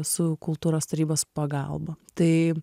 su kultūros tarybos pagalba tai